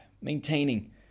maintaining